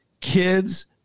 kids